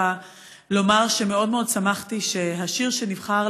דווקא לומר שמאוד מאוד שמחתי שהשיר שנבחר